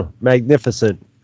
magnificent